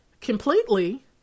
completely